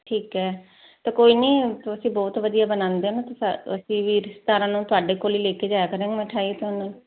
ਠੀਕ ਹੈ ਤਾਂ ਕੋਈ ਨਹੀਂ ਤੁਸੀਂ ਬਹੁਤ ਵਧੀਆ ਬਣਾਉਂਦੇ ਆ ਨਾ ਅਸੀਂ ਵੀ ਰਿਸ਼ਤੇਦਾਰਾਂ ਨੂੰ ਤੁਹਾਡੇ ਕੋਲ ਲੈ ਕੇ ਜਾਇਆ ਕਰਾਂਗੇ ਮੈਂ ਮਿਠਾਈ ਤੁਹਾਨੂੰ